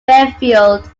fairfield